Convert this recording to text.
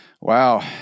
Wow